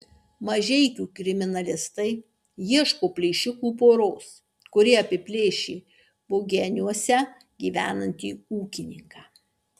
mažeikių kriminalistai ieško plėšikų poros kuri apiplėšė bugeniuose gyvenantį ūkininką